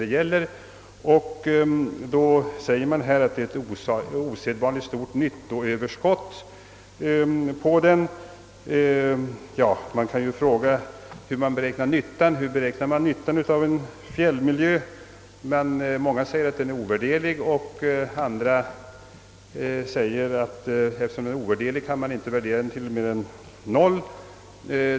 Departementschefen säger att nyttoöverskottet av regleringen beräknas vara osedvanligt stort. Men hur beräknar man nyttan av en fjäll miljö? Många säger att den är ovärderlig, andra säger att eftersom den är ovärderlig kan den inte värderas till mer än noll.